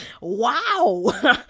Wow